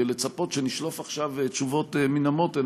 ולצפות שנשלוף עכשיו תשובות מהמותן,